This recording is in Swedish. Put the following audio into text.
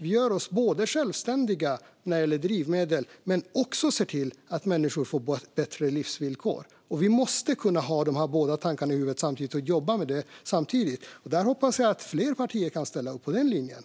Vi gör oss självständiga när det gäller drivmedel och ser också till att människor får bättre livsvillkor. Vi måste kunna ha de här båda tankarna i huvudet samtidigt och jobba med det. Där hoppas jag att fler partier kan ställa upp på den linjen.